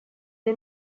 the